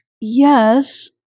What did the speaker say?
Yes